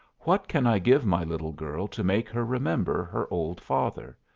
what can i give my little girl to make her remember her old father?